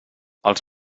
els